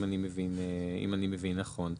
אם אני מבין נכון.